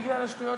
זה כבר לאחר מעשה.